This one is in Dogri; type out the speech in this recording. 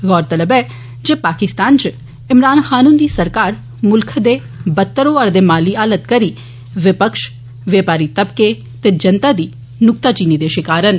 गौरतलब ऐ जे पाकिस्तान च इमरान खान हुंदी सरकार मुल्ख दे बदत्तर होआ'रदे माली हालात करी विपक्ष बपारी तब्कें ते जनता दी नुक्ताचीनी दे शकार न